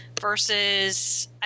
versus